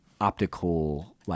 optical